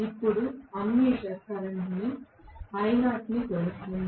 ఇప్పుడు ammeter current I0 ని కొలుస్తుంది